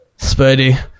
spidey